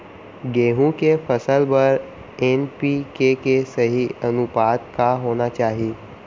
गेहूँ के फसल बर एन.पी.के के सही अनुपात का होना चाही?